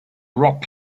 rock